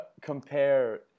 compare